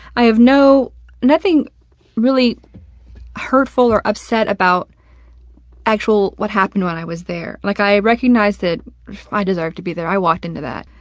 i have no nothing really nothing hurtful or upset about actual what happened when i was there. like, i recognize that i deserved to be there. i walked into that.